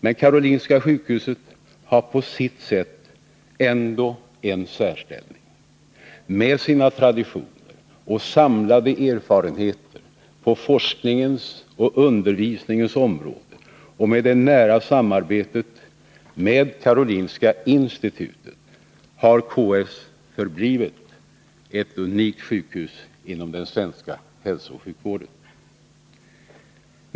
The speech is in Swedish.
Men Karolinska sjukhuset har på sitt sätt ändå en särställning. Med sina traditioner och samlade erfarenheter på forskningens och undervisningens område och med det nära samarbetet med Karolinska institutet har Karolinska sjukhuset förblivit ett unikt sjukhus inom den svenska hälsooch sjukvården.